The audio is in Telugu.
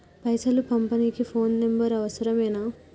పైసలు పంపనీకి ఫోను నంబరు అవసరమేనా?